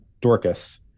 Dorcas